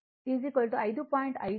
5 అని చెప్పాను